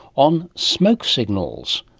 on smoke signals.